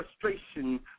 frustration